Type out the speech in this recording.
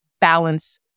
balance